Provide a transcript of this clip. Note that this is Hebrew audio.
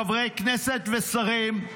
חברי כנסת ושרים,